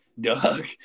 Doug